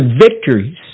victories